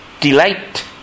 Delight